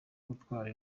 gutwara